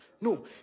No